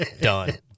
Done